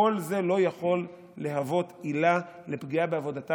כל זה לא יכול להוות עילה לפגיעה בעבודתה